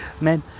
man